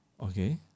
Okay